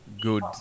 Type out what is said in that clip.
good